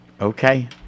okay